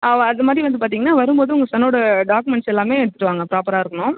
அதுமாதிரி வந்து பார்த்திங்கன்னா வரும் போது உங்கள் சன்னோடய டாக்குமெண்ட்ஸ் எல்லாமே எடுத்துகிட்டு வாங்க ப்ராப்பராக இருக்கணும்